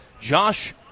Josh